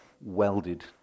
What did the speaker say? welded